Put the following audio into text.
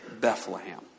Bethlehem